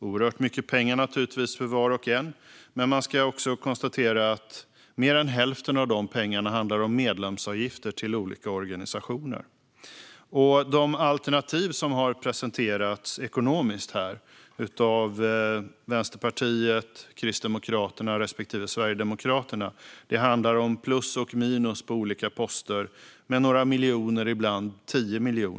Det är naturligtvis oerhört mycket pengar för var och en, men man ska också konstatera att mer än hälften av de pengarna går till medlemsavgifter till olika organisationer. De ekonomiska alternativ som har presenterats av Vänsterpartiet, Kristdemokraterna respektive Sverigedemokraterna handlar om plus och minus på olika poster med några miljoner, ibland 10 miljoner.